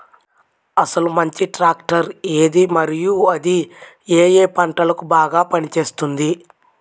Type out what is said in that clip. అసలు మంచి ట్రాక్టర్ ఏది మరియు అది ఏ ఏ పంటలకు బాగా పని చేస్తుంది?